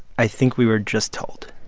i think we were just told